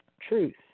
truth